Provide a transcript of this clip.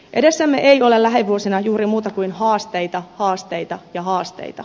edessämme ei ole lähivuosina juuri muuta kuin haasteita haasteita ja haasteita